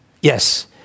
Yes